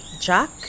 Jack